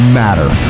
matter